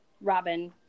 Robin